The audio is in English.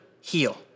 heal